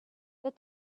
that